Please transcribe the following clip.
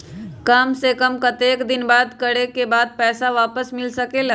काम से कम कतेक दिन जमा करें के बाद पैसा वापस मिल सकेला?